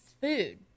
food